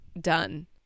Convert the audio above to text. Done